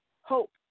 hope